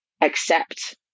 accept